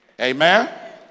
Amen